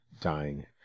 dying